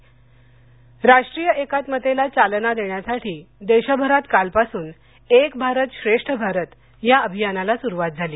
एक भारत श्रेष्ठ भारत राष्ट्रीय एकात्मतेला चालना देण्यासाठी देशभरात कालपासून एक भारत श्रेष्ठ भारत या अभियानाला सुरुवात झाली